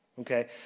okay